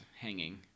hanging